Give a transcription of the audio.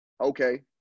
Okay